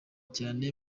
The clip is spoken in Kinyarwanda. cyane